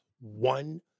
one